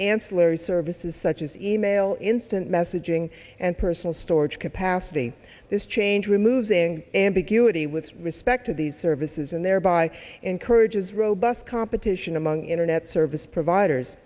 ancillary services such as email instant messaging and personal storage capacity this change removing ambiguity with respect to these services and thereby encourages robust competition among internet service providers